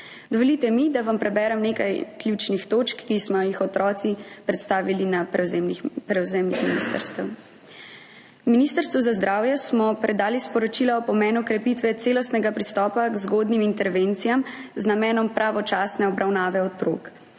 Dovolite mi, da vam preberem nekaj ključnih točk, ki smo jih otroci predstavili na prevzemih ministrstev. Ministrstvu za zdravje smo predali sporočila o pomenu krepitve celostnega pristopa k zgodnjim intervencijam z namenom pravočasne obravnave otrok.